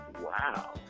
wow